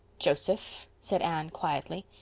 joseph, said anne quietly,